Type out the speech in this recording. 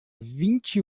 vinte